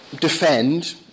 defend